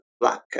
Black